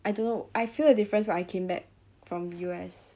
I don't know I feel a difference when I came back from U_S